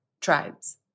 tribes